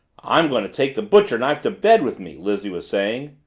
i'm going to take the butcher knife to bed with me! lizzie was saying.